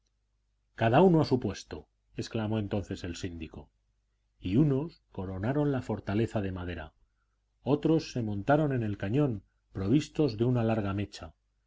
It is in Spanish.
cada uno a su puesto exclamó entonces el síndico y unos coronaron la fortaleza de madera otros se montaron en el cañón provistos de una larga mecha